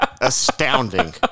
astounding